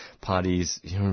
parties